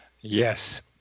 Yes